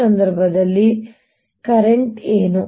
ಈ ಸಂದರ್ಭದಲ್ಲಿ ಕರೆಂಟ್ ಏನು